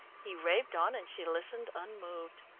he raved on, and she listened unmoved.